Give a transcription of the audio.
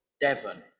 Devon